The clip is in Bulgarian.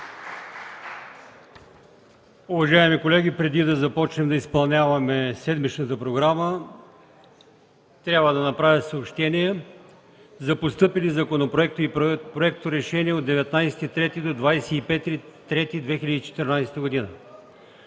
Уважаеми колеги, преди да започнем да изпълняваме седмичната програма, трябва да направя съобщение за постъпилите законопроекти и проекторешения от 19 до 25 март 2014 г.: